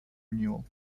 renewal